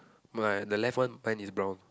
my the left one mine is brown